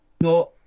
No